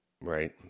right